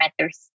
matters